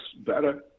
better